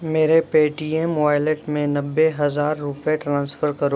میرے Paytm wallet میں نوّے ہزار روپے ٹرانسفر کرو